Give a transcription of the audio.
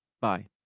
bye